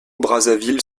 brazzaville